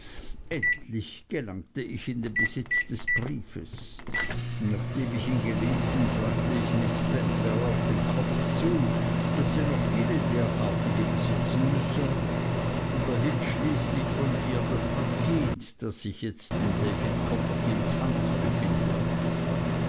endlich gelangte ich in den besitz des briefes nachdem ich ihn gelesen sagte ich miß spenlow auf den kopf zu daß sie noch viele derartige besitzen müsse und erhielt schließlich von ihr das paket das sich jetzt in david copperfields hand befindet